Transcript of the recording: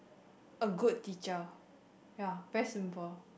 a good teacher ya very simple